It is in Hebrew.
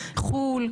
חו"ל,